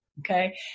Okay